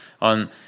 on